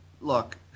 look